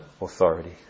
authority